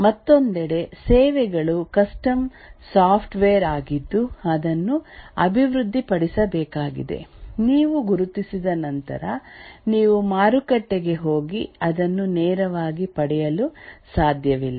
ಮತ್ತೊಂದೆಡೆ ಸೇವೆಗಳು custom software ಆಗಿದ್ದು ಅದನ್ನು ಅಭಿವೃದ್ಧಿಪಡಿಸಬೇಕಾಗಿದೆ ನೀವು ಗುರುತಿಸಿದ ನಂತರ ನೀವು ಮಾರುಕಟ್ಟೆಗೆ ಹೋಗಿ ಅದನ್ನು ನೇರವಾಗಿ ಪಡೆಯಲು ಸಾಧ್ಯವಿಲ್ಲ